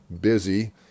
busy